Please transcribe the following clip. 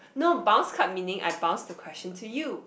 no bounce card meaning I bounce the question to you